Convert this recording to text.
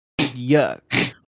yuck